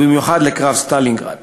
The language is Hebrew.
ובמיוחד לקרב סטלינגרד.